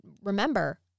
remember